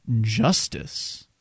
Justice